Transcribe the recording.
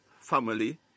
family